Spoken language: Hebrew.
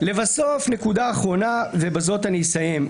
לבסוף נקודה אחרונה, ובזאת אני אסיים.